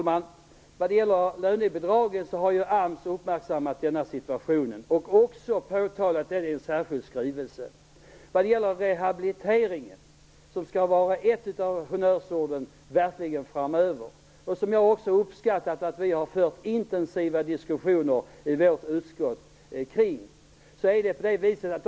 Herr talman! AMS har uppmärksammat situationen vad gäller lönebidragen och också påtalat den i en särskild skrivelse. Rehabilitering skall verkligen vara ett av honnörsorden framöver. Jag har uppskattat de intensiva diskussioner i frågan som vi har fört i vårt utskott.